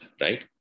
right